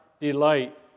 delight